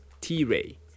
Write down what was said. T-Ray